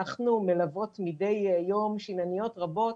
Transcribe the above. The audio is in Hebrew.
אנחנו מלוות מידי יום שינניות רבות